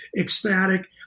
ecstatic